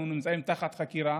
אבל אנחנו נמצאים תחת חקירה.